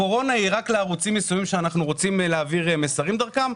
הקורונה היא רק לערוצים מסוימים שאנחנו רוצים להעביר מסרים דרכם?